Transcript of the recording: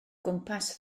gwmpas